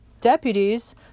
deputies